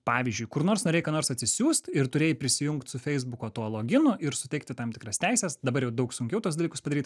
pavyzdžiui kur nors norėjai ką nors atsisiųst ir turėjai prisijungt su feisbuko tuo loginu ir suteikti tam tikras teises dabar jau daug sunkiau tuos dalykus padaryt